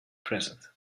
present